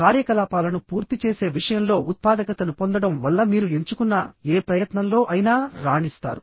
కార్యకలాపాలను పూర్తి చేసే విషయంలో ఉత్పాదకతను పొందడం వల్ల మీరు ఎంచుకున్న ఏ ప్రయత్నంలో అయినా రాణిస్తారు